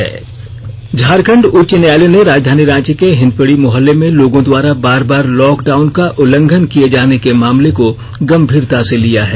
उच्च न्यायालय झारखंड उच्च न्यायालय ने राजधानी रांची के हिंदपीढ़ी मोहल्ले में लोगों द्वारा बार बार लॉक डॉउन का उल्लंघन किए जाने के मामले को गंभीरता से लिया है